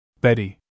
Betty